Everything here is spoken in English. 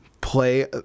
play